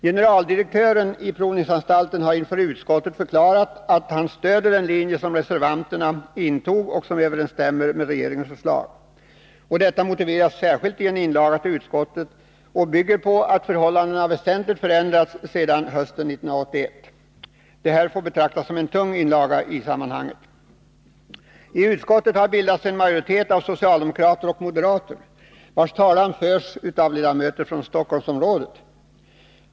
Generaldirektören i provningsanstalten har inför utskottet förklarat att han stöder den linje som reservanterna intog och som överensstämmer med regeringens förslag. Detta motiveras särskilt i en inlaga till utskottet, som bygger på att förhållandena väsentligt ändrats sedan hösten 1981. Detta får betraktas som en tung inlaga i sammanhanget. Tutskottet har det bildats en majoritet av socialdemokrater och moderater, vilkas talan förts av ledamöter från Stockholmsområdet.